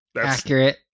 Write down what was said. Accurate